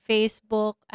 Facebook